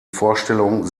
vorstellung